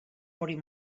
morir